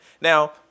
Now